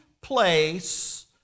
place